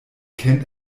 kennt